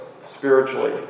spiritually